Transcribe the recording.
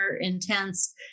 intense